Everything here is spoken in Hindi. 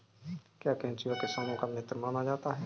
क्या केंचुआ किसानों का मित्र माना जाता है?